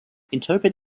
interpret